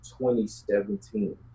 2017